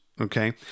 Okay